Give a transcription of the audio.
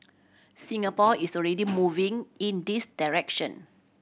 Singapore is already moving in this direction